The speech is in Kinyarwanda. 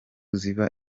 ziva